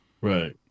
right